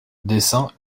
dessins